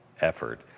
effort